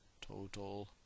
Total